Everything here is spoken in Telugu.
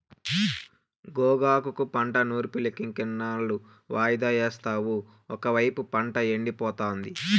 గోగాకు పంట నూర్పులింకెన్నాళ్ళు వాయిదా యేస్తావు ఒకైపు పంట ఎండిపోతాంది